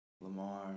Lamar